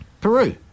Peru